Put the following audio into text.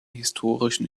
historischen